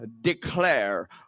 declare